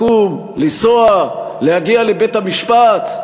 לקום, לנסוע, להגיע לבית-המשפט,